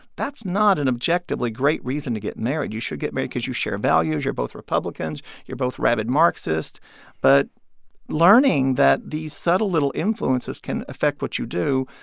that's not an objectively great reason to get married. you should get married because you share values. you're both republicans. you're both rabid marxists but learning that these subtle little influences can affect what you do,